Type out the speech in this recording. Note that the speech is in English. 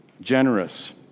generous